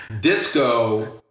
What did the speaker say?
Disco